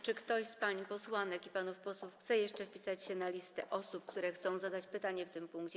Czy ktoś z pań posłanek i panów posłów chce jeszcze wpisać się na listę osób, które chcą zadać pytanie w tym punkcie?